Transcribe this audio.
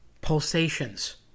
pulsations